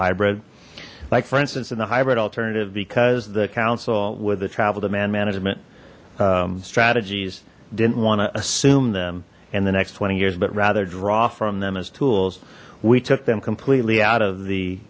hybrid like for instance in the hybrid alternative because the council with the travel demand management strategies didn't want to assume them in the next twenty years but rather draw from them as tools we took them completely out of the